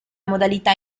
modalità